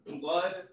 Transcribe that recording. blood